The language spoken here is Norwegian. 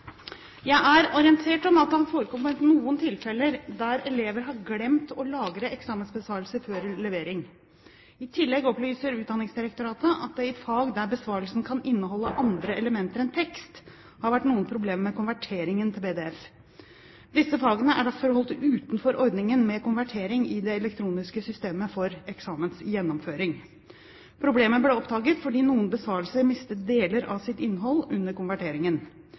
Jeg er orientert om at det har forekommet noen tilfeller der elever har glemt å lagre eksamensbesvarelser før levering. I tillegg opplyser Utdanningsdirektoratet at det i fag der besvarelsen kan inneholde andre elementer enn tekst, har vært noen problemer med konverteringen til pdf. Disse fagene er derfor holdt utenfor ordningen med konvertering i det elektroniske systemet for eksamensgjennomføring. Problemet ble oppdaget fordi noen besvarelser